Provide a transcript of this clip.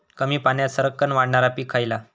कमी पाण्यात सरक्कन वाढणारा पीक खयला?